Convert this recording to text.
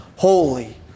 Holy